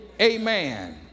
Amen